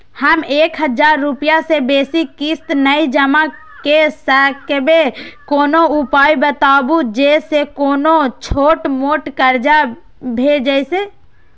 हम एक हजार रूपया से बेसी किस्त नय जमा के सकबे कोनो उपाय बताबु जै से कोनो छोट मोट कर्जा भे जै?